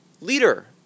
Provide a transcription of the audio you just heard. leader